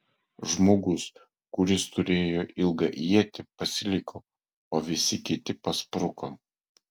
žmogus kuris turėjo ilgą ietį pasiliko o visi kiti paspruko